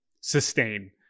sustain